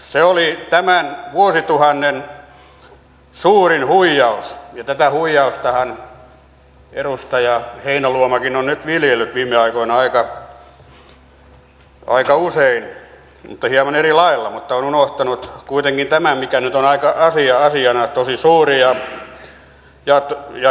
se oli tämän vuosituhannen suurin huijaus ja tätä huijaustahan edustaja heinäluomakin on nyt viljellyt viime aikoina aika usein mutta hieman eri lailla mutta on unohtanut kuitenkin tämän mikä nyt on asiana tosi suuri